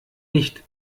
nicht